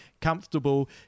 comfortable